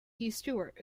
stewart